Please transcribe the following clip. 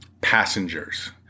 passengers